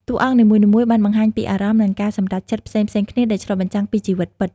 តួអង្គនីមួយៗបានបង្ហាញពីអារម្មណ៍ និងការសម្រេចចិត្តផ្សេងៗគ្នា ដែលឆ្លុះបញ្ចាំងពីជីវិតពិត។